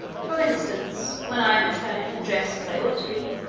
for instance, when i am at home, and dressed as i ought to be,